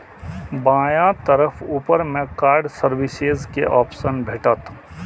बायां तरफ ऊपर मे कार्ड सर्विसेज के ऑप्शन भेटत